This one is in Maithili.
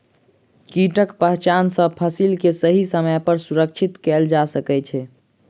कीटक पहचान सॅ फसिल के सही समय पर सुरक्षित कयल जा सकै छै